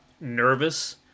nervous